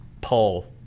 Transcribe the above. Paul